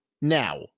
Now